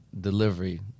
delivery